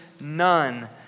none